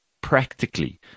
practically